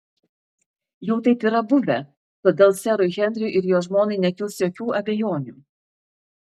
jau taip yra buvę todėl serui henriui ir jo žmonai nekils jokių abejonių